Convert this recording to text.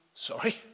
Sorry